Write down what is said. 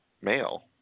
male